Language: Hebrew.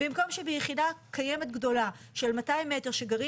במקום שביחידה קיימת גדולה של 200 מ"ר שגרים